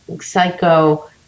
psycho